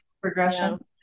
progression